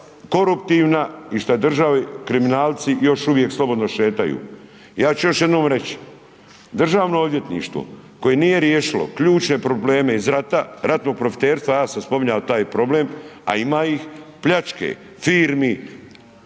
koruptivna i u državu kriminalci još uvijek slobodno šetaju. Ja ću još jednom reći, Državno odvjetništvo koje nije riješilo ključne probleme iz rata, ratnog profiterstva, ja sam spominjao taj problem a ima ih, pljačke firmi,